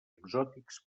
exòtics